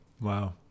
Wow